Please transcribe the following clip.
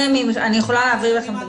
אני יכולה להעביר לכם את